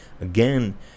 again